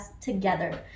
together